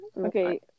Okay